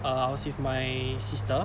uh I was with my sister